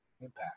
impact